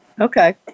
Okay